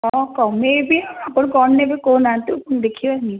ହଁ କହିଲେ ବି ଆପଣ କଣ ନେବେ କହୁନାହାନ୍ତି ଦେଖିବାନି